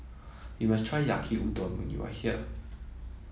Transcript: you must try Yaki Udon when you are here